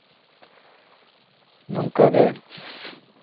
ᱱᱚᱝᱠᱟ ᱜᱮ